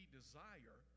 desire